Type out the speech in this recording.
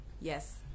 Yes